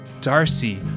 Darcy